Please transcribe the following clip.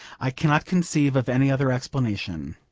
i cannot conceive of any other explanation.